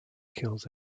kills